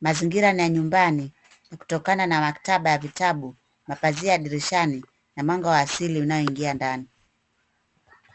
Mazingira ni ya nyumbani, kutokana na maktaba ya vitabu, mapazia dirishani na mwanga wa asili unaoingia ndani.